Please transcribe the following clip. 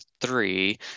three